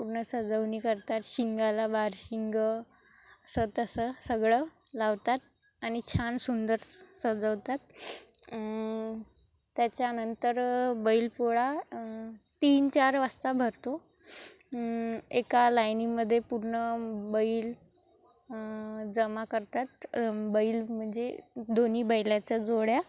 पूर्ण सजवणे करतात शिंगाला बारशिंग असं तसं सगळं लावतात आणि छान सुंदर सजवतात त्याच्यानंतर बैलपोळा तीन चार वाजता भरतो एका लाईनीमध्ये पूर्ण बैल जमा करतात बैल म्हणजे दोन्ही बैलाच्या जोड्या